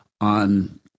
on